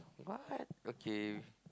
what okay